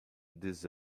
this